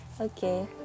Okay